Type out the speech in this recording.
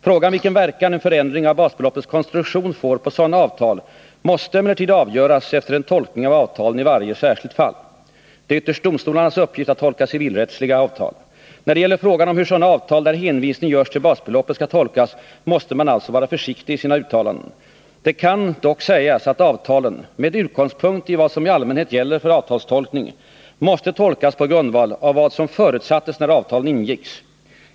Frågan om vilken verkan en förändring av basbeloppets konstruktion får på sådana avtal måste emellertid avgöras efter en tolkning av avtalen i varje särskilt fall. Det är ytterst domstolarnas uppgift att tolka civilrättsliga avtal. När det gäller frågan om hur sådana avtal där hänvisning görs till basbeloppet skall tolkas måste man alltså vara försiktig i sina uttalanden. Det kan dock sägas att avtalen — med utgångspunkt i vad som i allmänhet gäller för avtalstolkning — måste tolkas på grundval av vad som förutsattes när avtalen ingicks.